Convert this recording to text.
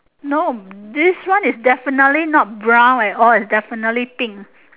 no this one is definitely not brown at all it's definitely pink